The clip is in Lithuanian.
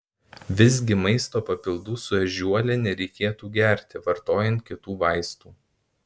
visgi maisto papildų su ežiuole nereikėtų gerti vartojant kitų vaistų